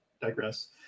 digress